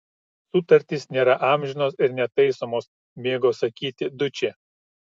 sutartys nėra amžinos ir netaisomos mėgo sakyti dučė